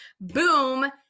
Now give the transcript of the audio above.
Boom